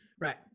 Right